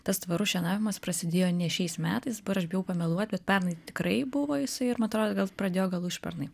tas tvarus šienavimas prasidėjo ne šiais metais dabar aš bijau pameluot bet pernai tikrai buvo jisai ir man atrodo pradėjo gal užpernai